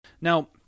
Now